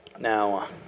Now